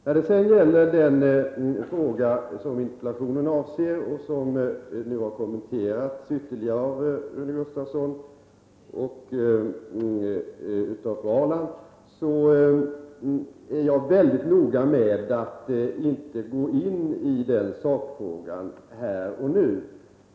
När det gäller den fråga som interpellationen avser, och som nu har kommenterats ytterligare av Rune Gustavsson och fru Ahrland, är jag mycket noga med att inte gå in i en sakdiskussion här och nu.